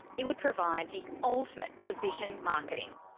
it would provide the ultimate precision marketing,